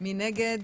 מי נגד?